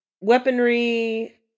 weaponry